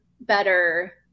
better